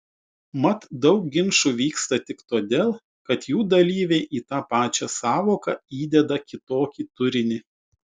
mat daug ginčų vyksta tik todėl kad jų dalyviai į tą pačią sąvoką įdeda kitokį turinį